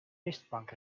mistbank